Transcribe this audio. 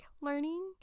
learning